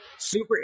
Super